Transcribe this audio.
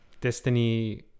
Destiny